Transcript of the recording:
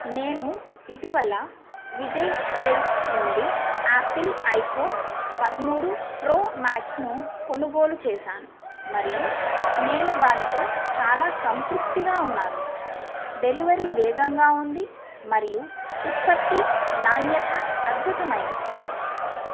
నేను ఇటీవల విజయ్ సేల్స్ నుండి ఆపిల్ ఐఫోన్ పదమూడు ప్రో మాక్స్ను కొనుగోలు చేశాను మరియు నేను దానితో చాలా సంతృప్తిగా ఉన్నాను డెలివరీ వేగంగా ఉంది మరియు ఉత్పత్తి నాణ్యత అద్భుతమైనది